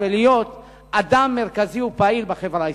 ולהיות אדם מרכזי ופעיל בחברה הישראלית.